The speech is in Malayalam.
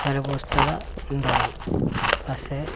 ഫലപുഷ്ടത ഉണ്ടാവും പക്ഷേ